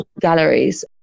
galleries